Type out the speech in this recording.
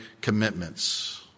commitments